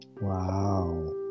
Wow